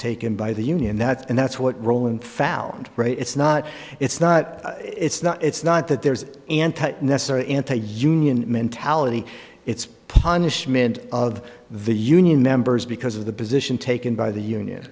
taken by the union that and that's what roland found it's not it's not it's not it's not that there's necessarily anti union mentality it's punishment of the union members because of the position taken by the union